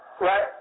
Right